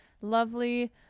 lovely